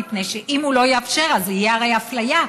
מפני שאם הוא לא יאפשר זה הרי יהיה אפליה.